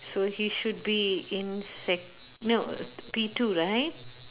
so he should be in sec no P two right